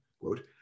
quote